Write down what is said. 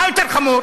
מה יותר חמור?